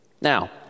Now